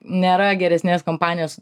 nėra geresnės kompanijos